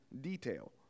detail